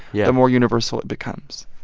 yeah. the more universal it becomes.